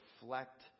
reflect